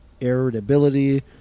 irritability